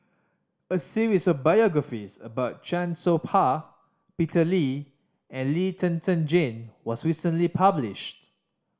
a series of biographies about Chan Soh Ha Peter Lee and Lee Zhen Zhen Jane was recently published